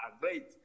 great